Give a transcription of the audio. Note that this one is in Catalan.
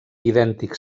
idèntic